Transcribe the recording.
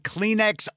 Kleenex